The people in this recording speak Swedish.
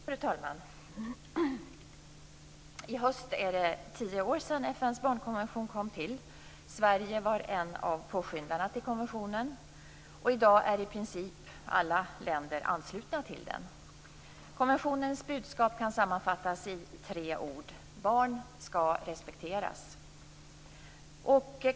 Fru talman! I höst är det tio år sedan FN:s barnkonvention kom till. Sverige var en av påskyndarna till konventionen. I dag är i princip alla länder anslutna till den. Konventionens budskap kan sammanfattas i tre ord: Barn skall respekteras.